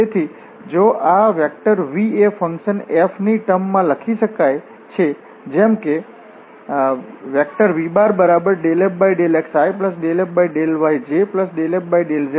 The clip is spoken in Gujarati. તેથી જો આ V એ ફંક્શન f ની ટર્મ માં લખી શકાય છે જેમ કે V∂f∂xi∂f∂yj∂f∂zk